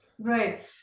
Right